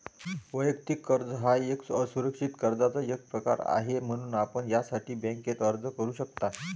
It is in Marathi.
वैयक्तिक कर्ज हा एक असुरक्षित कर्जाचा एक प्रकार आहे, म्हणून आपण यासाठी बँकेत अर्ज करू शकता